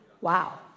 Wow